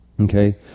okay